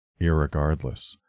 irregardless